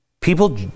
people